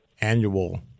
annual